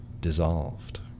dissolved